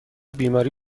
بیماری